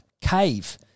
cave